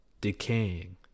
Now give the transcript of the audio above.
decaying